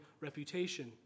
reputation